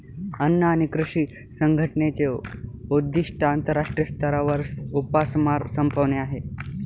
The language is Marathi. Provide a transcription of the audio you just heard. अन्न आणि कृषी संघटनेचे उद्दिष्ट आंतरराष्ट्रीय स्तरावर उपासमार संपवणे आहे